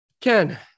ken